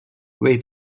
way